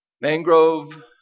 Mangrove